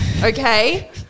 Okay